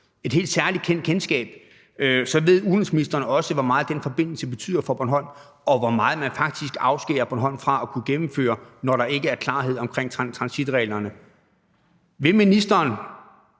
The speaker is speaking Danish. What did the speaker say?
et helt særligt kendskab, ved udenrigsministeren også, hvor meget den forbindelse betyder for Bornholm, og hvor meget man faktisk afskærer Bornholm fra at kunne gennemføre, når der ikke er klarhed om transitreglerne. Vil ministeren